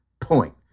point